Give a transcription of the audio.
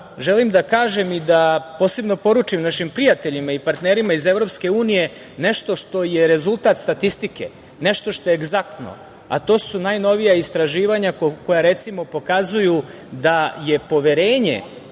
želim da kažem i da posebno poručim našim prijateljima i partnerima iz EU nešto što je rezultat statistike, nešto što je egzaktno, a to su najnovija istraživanja koja pokazuju da je poverenje